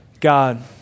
God